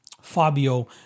Fabio